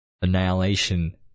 Annihilation